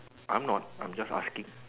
I'm not I'm just asking